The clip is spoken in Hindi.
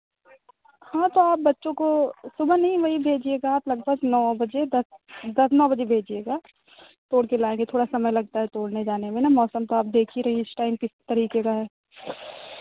हाँ तो आप बच्चों को सुबह नहीं वही भेजिएगा आप लगभग नौ बजे दस दस नौ बजे भेजिएगा तोड़ के लाएंगे थोड़ा समय लगता है तोड़ने जाने में ना मौसम तो आप देख ही रही हैं इस टाइम किस तरीके का है